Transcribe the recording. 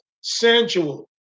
sensual